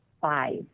five